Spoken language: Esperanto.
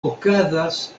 okazas